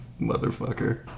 Motherfucker